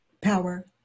Power